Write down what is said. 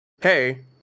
hey